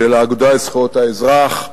של האגודה לזכויות האזרח,